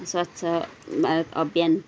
स्वच्छ भारत अभियान